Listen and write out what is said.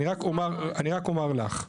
אני רק אומר לך,